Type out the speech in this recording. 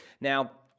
Now